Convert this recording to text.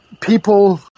people